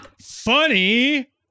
Funny